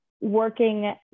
working